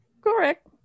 correct